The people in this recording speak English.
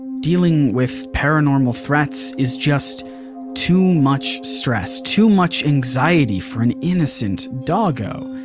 dealing with paranormal threats is just too much stress, too much anxiety for an innocent doggo.